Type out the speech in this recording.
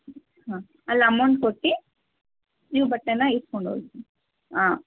ಹಾಂ ಅಲ್ಲಿ ಅಮೌಂಟ್ ಕೊಟ್ಟು ನೀವು ಬಟ್ಟೆಯನ್ನ ಇಸ್ಕೊಂಡು ಹೋಗಿ ಆಂ